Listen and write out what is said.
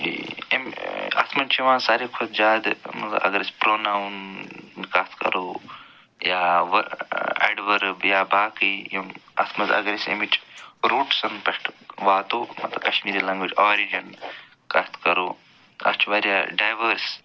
یہِ اَمہِ اتھ منٛز چھِ یِوان ساروی کھۄتہٕ زیادٕ مطلب اگر أسۍ پرٛوناوُن کَتھ کَرو یا ؤ اٮ۪ڈؤرٕب یا باقٕے یِم اَتھ منٛز اگر أسۍ اَمِچ روٗٹسَن پٮ۪ٹھ واتو مطلب کشمیٖری لنٛگویج آرِجن کَتھ کَرو اَتھ چھِ واریاہ ڈاٮ۪وٲرٕس